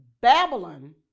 Babylon